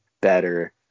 better